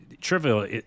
trivial